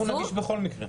אנחנו נגיש בכל מקרה.